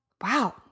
Wow